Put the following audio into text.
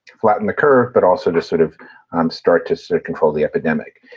flatten the curve, but also to sort of um start to so control the epidemic.